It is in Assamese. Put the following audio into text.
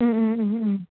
ও ও ও ও